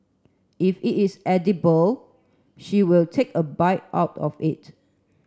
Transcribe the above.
if it is edible she will take a bite out of it